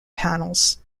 panels